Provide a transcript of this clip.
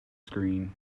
screen